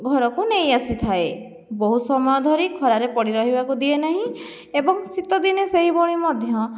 ଘରକୁ ନେଇ ଆସିଥାଏ ବହୁ ସମୟ ଧରି ଖରାରେ ପଡ଼ି ରହିବାକୁ ଦିଏନାହିଁ ଏବଂ ଶୀତଦିନେ ସେହିଭଳି ମଧ୍ୟ